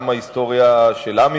גם ההיסטוריה של עם ישראל,